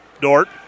Dort